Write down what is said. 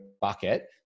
bucket